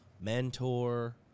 mentor